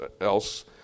else